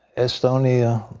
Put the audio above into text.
astonia,